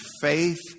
faith